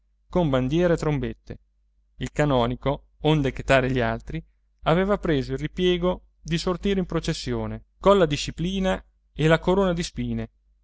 con bandiere e trombette il canonico onde chetare gli altri aveva preso il ripiego di sortire in processione colla disciplina e la corona di spine